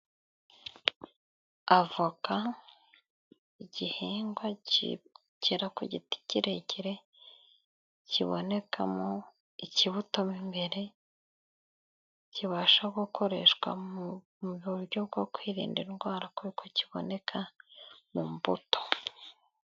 Avoka igihingwa cyera ku giti kirekire kiboneka mo ikibuto mwimbere kibasha gukoreshwa mu buryo bwo kwirinda indwara kuko kiboneka mu mbuto.